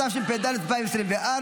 התשפ"ד 2024,